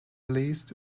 list